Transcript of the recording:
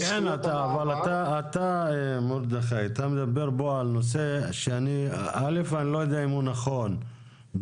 אתה מדבר פה על נושא שאני לא יודע אם הוא נכון,